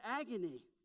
agony